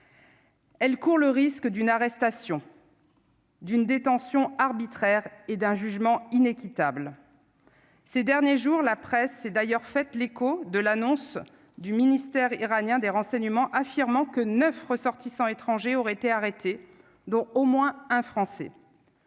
Elle court le risque d'une arrestation. D'une détention arbitraire et d'un jugement inéquitable, ces derniers jours la presse s'est d'ailleurs fait l'écho de l'annonce du ministère iranien des Renseignements, affirmant que 9 ressortissants étrangers auraient été arrêtés, dont au moins un Français.